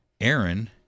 Aaron